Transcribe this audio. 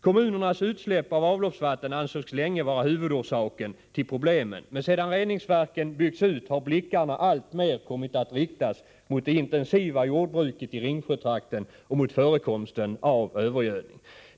Kommunernas utsläpp av avloppsvatten ansågs länge vara huvudorsaken till problemen, men sedan reningsverken byggts ut har blickarna alltmer kommit att riktas mot det intensiva jordbruket i Ringsjötrakten och mot förekomsten av övergödning.